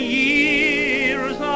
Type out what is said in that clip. years